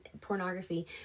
pornography